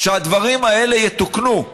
שהדברים האלה יתוקנו,